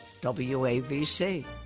WABC